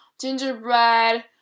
gingerbread